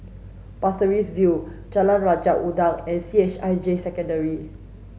Pasir Ris View Jalan Raja Udang and C H I J Secondary